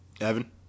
Evan